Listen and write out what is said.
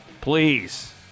Please